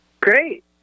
Great